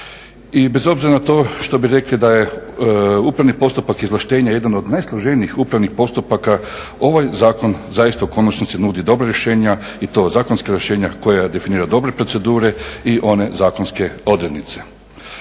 I bez obzira na to što bi rekli da je upravni postupak izvlaštenje jedan od najsloženijih upravnih postupaka ovaj zakon zaista u konačnici nudi dobra rješenja i to zakonska rješenja koja definira dobre procedure i one zakonske odrednice.